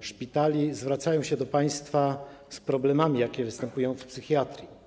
szpitali zgłaszają się do państwa z problemami, jakie występują w psychiatrii.